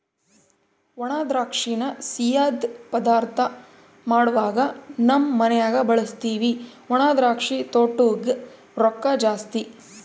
ಒಣದ್ರಾಕ್ಷಿನ ಸಿಯ್ಯುದ್ ಪದಾರ್ಥ ಮಾಡ್ವಾಗ ನಮ್ ಮನ್ಯಗ ಬಳುಸ್ತೀವಿ ಒಣದ್ರಾಕ್ಷಿ ತೊಟೂಗ್ ರೊಕ್ಕ ಜಾಸ್ತಿ